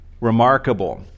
remarkable